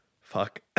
Fuck